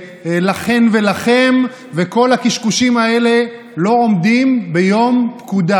ולכן ולכם וכל הקשקושים האלה לא עומדים ביום פקודה.